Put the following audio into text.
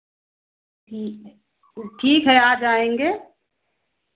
ठीक है ठीक है आ जाएँगे